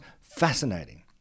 fascinating